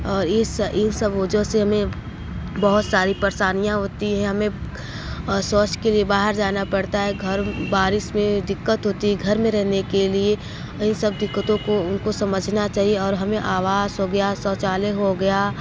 और यह यह सब वजह से हमें बहुत सारी परशानियाँ होती है हमें शौच के लिए बाहर जाना पड़ता है घर बारिश में दिक्कत होती है घर में रहने के लिए इन सब दिक्कतों को उनको समझना चाहिए और हमें आवास हो गया शौचालय हो गया